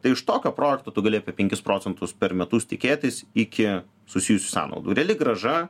tai iš tokio projekto tu gali apie penkis procentus per metus tikėtis iki susijusių sąnaudų reali grąža